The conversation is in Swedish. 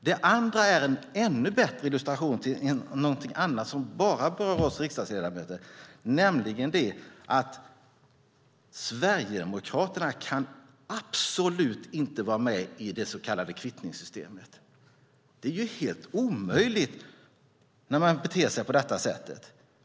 Det andra är en ännu bättre illustration av någonting som bara berör oss riksdagsledamöter, nämligen att Sverigedemokraterna absolut inte kan vara med i det så kallade kvittningssystemet. Det är ju helt omöjligt när man beter sig på detta sätt.